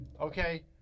Okay